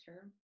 term